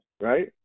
right